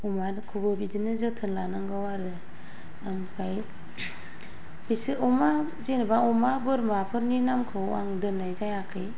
अमाखौबो बिदिनो जोथोन लानांगौ आरो ओमफ्राय बिसोर अमा जेनेबा अमा बोरमाफोरनि नामखौ आं दोननाय जायाखै